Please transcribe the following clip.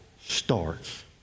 starts